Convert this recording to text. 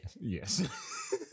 Yes